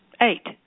Eight